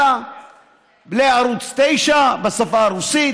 הלא, לערוץ 9 בשפה הרוסית